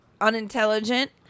unintelligent